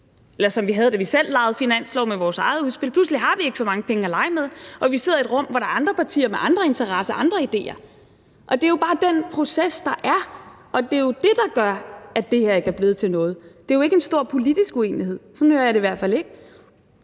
penge, som vi havde, da vi selv legede finanslov med vores eget udspil. Pludselig har vi ikke så mange penge at lege med, og vi sidder i et rum, hvor der er andre partier med andre interesser og andre ideer. Det er jo bare den proces, der er, og det er jo det, der gør, at det her ikke er blevet til noget. Det er jo ikke en stor politisk uenighed – sådan hører jeg det i hvert fald ikke.